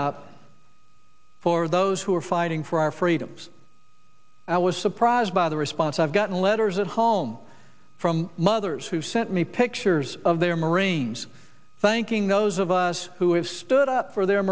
up for those who are fighting for our freedoms i was surprised by the response i've gotten letters at home from mothers who sent me pictures of their marines thanking those of us who have stood up for their